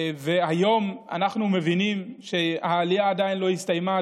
היום אנחנו מבינים שהעלייה עדיין לא הסתיימה,